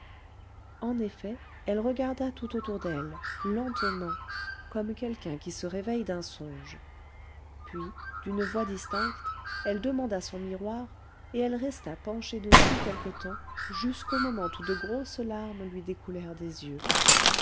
en effet elle regarda tout autour d'elle lentement comme quelqu'un qui se réveille d'un songe puis d'une voix distincte elle demanda son miroir et elle resta penchée dessus quelque temps jusqu'au moment où de grosses larmes lui découlèrent des yeux